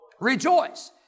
Rejoice